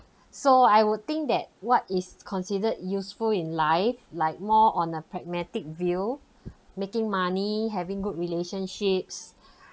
so I would think that what is considered useful in life like more on a pragmatic view making money having good relationships